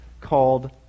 called